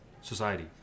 society